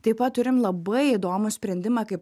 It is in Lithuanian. taip pat turim labai įdomų sprendimą kaip